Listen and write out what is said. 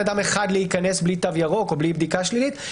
אדם אחד להיכנס בלי תו ירוק או בלי בדיקה שלילית,